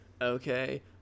okay